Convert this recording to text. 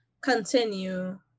continue